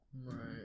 Right